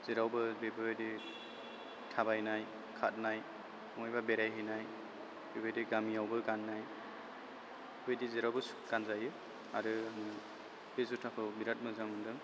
जेरावबो बेफोरबायदि थाबायनाय खारनाय बबेहायबा बेरायहैनाय बेबायदि गामियावबो गाननाय बेबायदि जेरावबो गानजायो आरो बे जुताखौ बिराद मोजां मोनदों